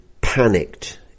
panicked